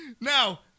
Now